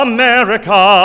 America